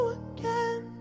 again